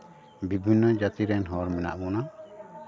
ᱵᱤᱵᱷᱤᱱᱱᱚ ᱡᱟᱹᱛᱤ ᱨᱮᱱ ᱦᱚᱲ ᱢᱮᱱᱟᱜ ᱵᱚᱱᱟ